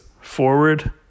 forward